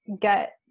get